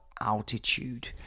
altitude